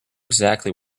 exactly